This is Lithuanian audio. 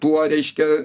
tuo reiškia